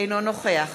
אינו נוכח